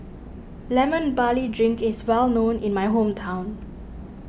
Lemon Barley Drink is well known in my hometown